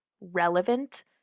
relevant